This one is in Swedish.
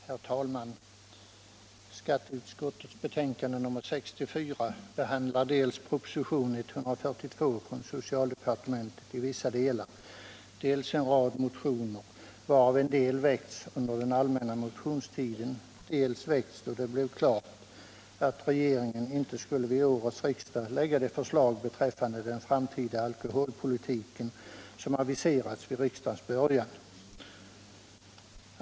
Herr talman! Skatteutskottets betänkande nr 64 behandlar dels propositionen 142 från socialdepartementet i vissa delar, dels en rad motioner, varav en del väckts under den allmänna motionstiden och andra väckts då det blev klart att regeringen inte till årets riksmöte skulle lägga de förslag beträffande den framtida alkoholpolitiken som aviserats vid riksmötets början.